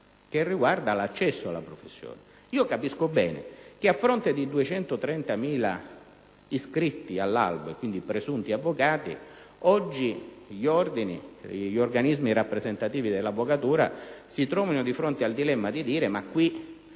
che riguarda l'accesso alla professione. Capisco bene che, a fronte di 230.000 iscritti all'albo, quindi presunti avvocati, oggi gli organismi rappresentativi dell'avvocatura si trovino a dire che, poiché